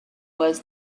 was